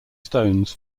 stones